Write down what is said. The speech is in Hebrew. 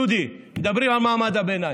דודי, מדברים על מעמד הביניים.